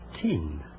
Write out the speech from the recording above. tin